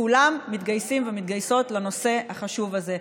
כולם מתגייסים ומתגייסות לנושא החשוב הזה.